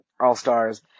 All-Stars